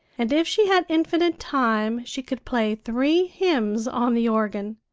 and if she had infinite time she could play three hymns on the organ.